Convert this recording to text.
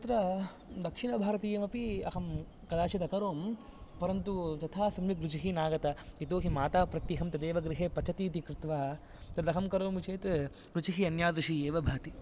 तत्र दक्षिणभारतीयमपि अहं कदाचिद् अकरोम् परन्तु तथा सम्यक् रुचिः नागता यतोहि माता प्रत्यिहं तदेव गृहे पचतीति कृत्वा तदहं करोमि चेत् रुचिः अन्यादृशिः एव भाति